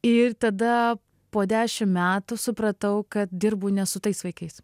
ir tada po dešimt metų supratau kad dirbu ne su tais vaikais